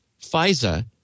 FISA